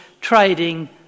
trading